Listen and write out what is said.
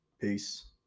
Peace